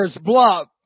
Bluff